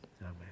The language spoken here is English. Amen